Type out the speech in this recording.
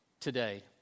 today